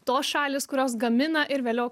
tos šalys kurios gamina ir vėliau